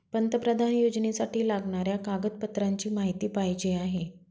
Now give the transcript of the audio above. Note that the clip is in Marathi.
पंतप्रधान योजनेसाठी लागणाऱ्या कागदपत्रांची माहिती पाहिजे आहे